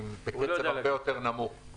בקצב הרבה הרבה יותר נמוך.